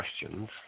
questions